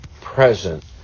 present